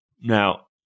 Now